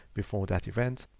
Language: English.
before that event.